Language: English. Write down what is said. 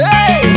Hey